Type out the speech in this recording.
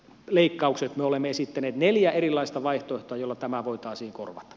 me olemme esittäneet neljä erilaista vaihtoehtoa joilla tämä voitaisiin korvata